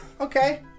Okay